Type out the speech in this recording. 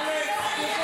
מסכנה.